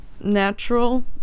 natural